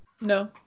No